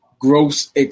gross